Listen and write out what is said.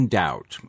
doubt